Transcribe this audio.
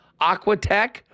Aquatech